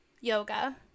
yoga